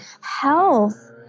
Health